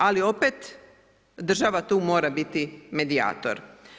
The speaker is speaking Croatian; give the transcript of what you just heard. Ali opet država tu mora biti medijator.